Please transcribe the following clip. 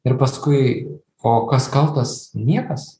ir paskui o kas kaltas niekas